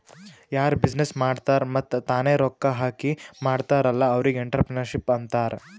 ಯಾರು ಬಿಸಿನ್ನೆಸ್ ಮಾಡ್ತಾರ್ ಮತ್ತ ತಾನೇ ರೊಕ್ಕಾ ಹಾಕಿ ಮಾಡ್ತಾರ್ ಅಲ್ಲಾ ಅವ್ರಿಗ್ ಎಂಟ್ರರ್ಪ್ರಿನರ್ಶಿಪ್ ಅಂತಾರ್